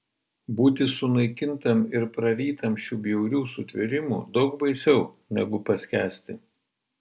būti sunaikintam ir prarytam šių bjaurių sutvėrimų daug baisiau negu paskęsti